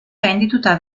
gaindituta